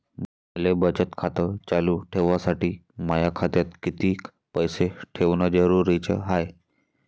मले बचत खातं चालू ठेवासाठी माया खात्यात कितीक पैसे ठेवण जरुरीच हाय?